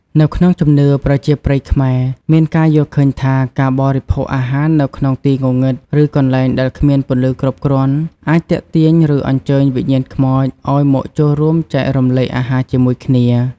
នៅក្នុងជំនឿប្រជាប្រិយខ្មែរ មានការយល់ឃើញថា ការបរិភោគអាហារនៅក្នុងទីងងឹត ឬកន្លែងដែលគ្មានពន្លឺគ្រប់គ្រាន់ អាចទាក់ទាញ ឬអញ្ជើញវិញ្ញាណខ្មោចឲ្យមកចូលរួមចែករំលែកអាហារជាមួយគ្នា។